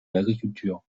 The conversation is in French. l’agriculture